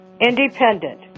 independent